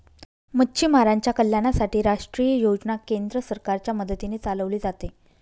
मच्छीमारांच्या कल्याणासाठी राष्ट्रीय योजना केंद्र सरकारच्या मदतीने चालवले जाते